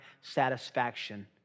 satisfaction